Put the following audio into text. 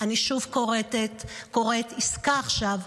ואני שוב קוראת: עסקה עכשיו.